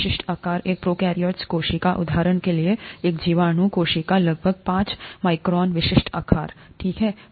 विशिष्ट आकार एक प्रोकैरियोटिक कोशिका उदाहरण के लिए एक जीवाणु कोशिका लगभग पांच माइक्रोन विशिष्ट आकार ठीक है